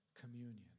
communion